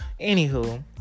Anywho